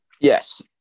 yes